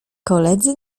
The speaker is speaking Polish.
koledzy